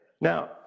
Now